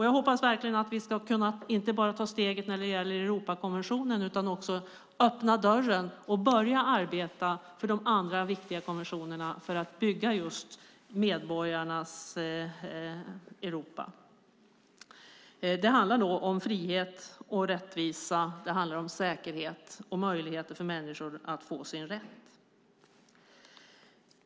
Jag hoppas verkligen att vi ska ta steget inte bara när det gäller Europakonventionen utan också öppna dörren och börja arbeta för de andra viktiga konventionerna för att bygga medborgarnas Europa. Det handlar om frihet, rättvisa, säkerhet och möjligheter för människor att få rätt.